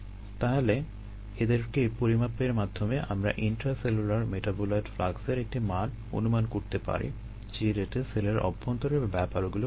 তাহলে এদেরকে পরিমাপের মাধ্যমে আমরা ইন্ট্রাসেলুলার মেটাবোলাইট ফ্লাক্সের একটি মান অনুমান করতে পারি যে রেটে সেলের অভ্যন্তরে ব্যাপারগুলো ঘটছে